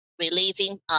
relieving